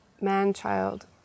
man-child